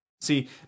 See